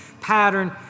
pattern